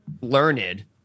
learned